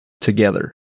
together